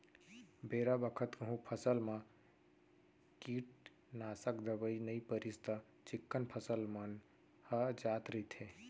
बेरा बखत कहूँ फसल म कीटनासक दवई नइ परिस त चिक्कन फसल मन ह जात रइथे